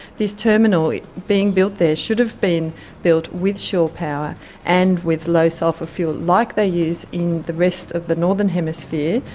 this terminal being built there should have been built with shore power and with low sulphur fuel, like they use in the rest of the northern hemisphere,